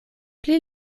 pli